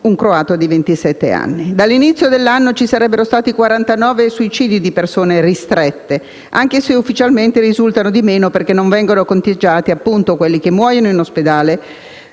un croato di ventisette anni. Dall'inizio dell'anno ci sarebbero stati 49 suicidi di persone ristrette, anche se ufficialmente ne risultano di meno perché non vengono conteggiati quelli che muoiono in ospedale